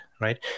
right